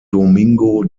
domingo